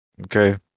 okay